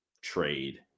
trade